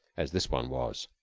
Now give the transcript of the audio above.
as this one was.